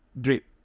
Drip